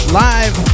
live